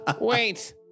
Wait